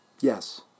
Yes